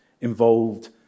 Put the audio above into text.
involved